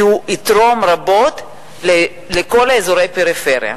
כי הוא יתרום רבות לכל אזורי הפריפריה.